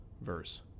verse